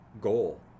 goal